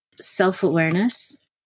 self-awareness